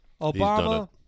Obama